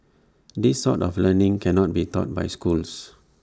this sort of learning cannot be taught by schools